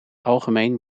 algemeen